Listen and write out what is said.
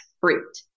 fruit